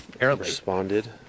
responded